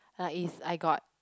like is I got